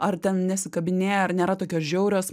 ar nesikabinėja ar nėra tokios žiaurios